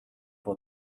for